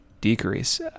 decrease